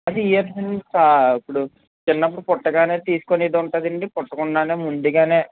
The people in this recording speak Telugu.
అది ఇప్పుడు చిన్నప్పుడు పుట్టగానే తీసుకునేదానుండి పుట్టకుండానే ముందుగానే